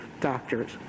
doctors